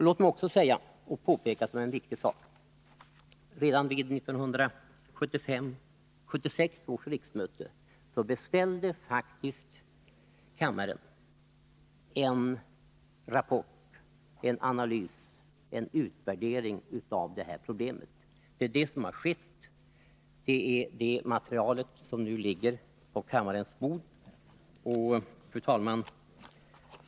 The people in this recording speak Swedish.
Låt mig också påpeka som en viktig sak att kammaren redan vid 1975/76 års riksmöte beställde en rapport, en analys och en utvärdering av detta problem. Det är detta som skett — det är det materialet som nu ligger på kammarens bord. Fru talman!